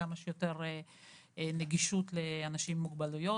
כמה שיותר נגישות לאנשים עם מוגבלויות.